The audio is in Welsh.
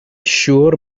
siŵr